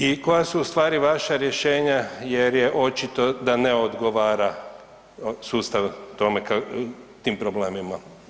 I koja su ustvari vaša rješenja jer je očito da ne odgovara sustav tome, tim problemima?